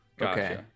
Okay